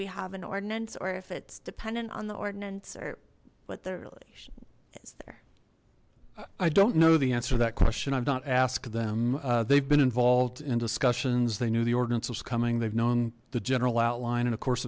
we have an ordinance or if it's dependent on the ordinance or what their relation is there i don't know the answer that question i've not asked them they've been involved in discussions they knew the ordinance is coming they've known the general outline and of course